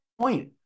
point